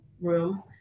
room